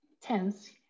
tense